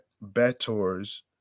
bettors